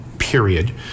Period